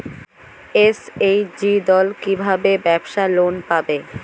SHG দল কী ভাবে ব্যাবসা লোন পাবে?